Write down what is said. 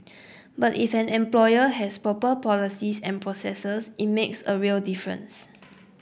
but if an employer has proper policies and processes it makes a real difference